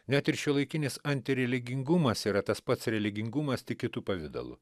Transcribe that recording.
net ir šiuolaikinis antireligingumas yra tas pats religingumas tik kitu pavidalu